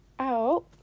out